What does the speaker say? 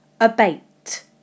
Abate